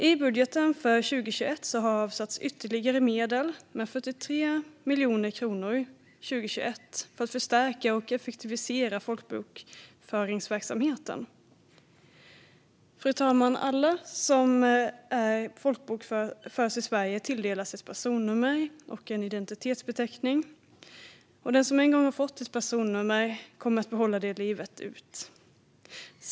I budgeten för 2021 har ytterligare medel avsatts, 43 miljoner kronor, för att förstärka och effektivisera folkbokföringsverksamheten. Fru talman! Alla som folkbokförs i Sverige tilldelas ett personnummer och en identitetsbeteckning, och den som en gång har fått ett personnummer kommer att behålla det livet ut.